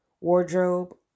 wardrobe